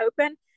open